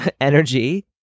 energy